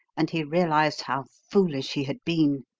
and he realised how foolish he had been.